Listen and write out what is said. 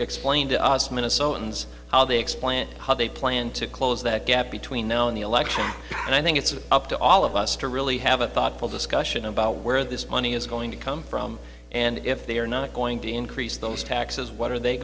explain to us minnesotans how they explain how they plan to close that gap between know in the election and i think it's up to all of us to really have a thoughtful discussion about where this money is going to come from and if they are not going to increase those taxes what are they